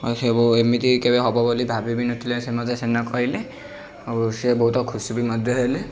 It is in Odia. ଆଉ ସେ ବହୁ ଏମିତି କେବେ ହବ ବୋଲି ଭାବିନଥିଲେ ସେ ମୋତେ ସେଦିନ କହିଲେ ଆଉ ସିଏ ବହୁତ ଖୁସି ବି ମଧ୍ୟ ହେଲେ